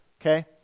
Okay